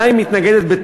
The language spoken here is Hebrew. אשר לה היא מתנגדת בתוקף.